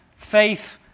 Faith